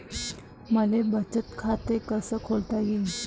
मले बचत खाते कसं खोलता येईन?